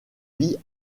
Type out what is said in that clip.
vie